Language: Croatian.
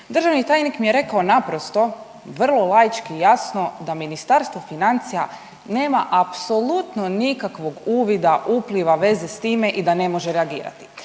državni tajnik mi je rekao naprosto vrlo laički jasno da Ministarstvo financija nema apsolutno nikakvog uvida, upliva veze s time i da ne može reagirati.